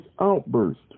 outburst